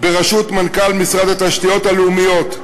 בראשות מנכ"ל משרד התשתיות הלאומיות,